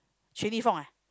Quan-Li-Fong ah